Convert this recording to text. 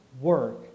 work